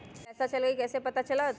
पैसा चल गयी कैसे पता चलत?